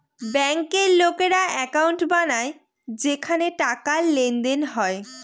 ব্যাঙ্কের লোকেরা একাউন্ট বানায় যেখানে টাকার লেনদেন হয়